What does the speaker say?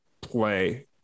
play